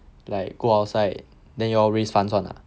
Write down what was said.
like go outside then you all raise funds [one] ah